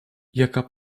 jaka